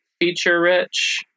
feature-rich